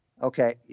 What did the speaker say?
Okay